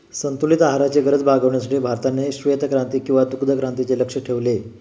संतुलित आहाराची गरज भागविण्यासाठी भारताने श्वेतक्रांती किंवा दुग्धक्रांतीचे लक्ष्य ठेवले